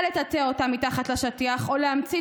היא פוגשת אותנו במערכת החינוך, בקבלה למקום